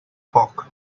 foc